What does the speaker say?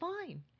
fine